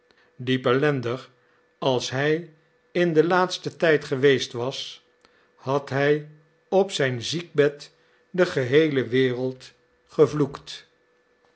diep ellendig als hij in den laatsten tijd geweest was had hij op zijn ziekbed de geheele wereld gevloekt